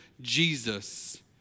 Jesus